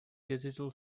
digital